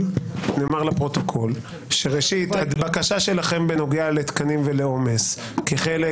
לפרוטוקול שהבקשה שלכם בנוגע לתקנים ולעומס כחלק